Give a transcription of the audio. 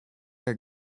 are